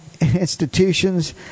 institutions